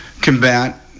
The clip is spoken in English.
combat